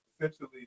essentially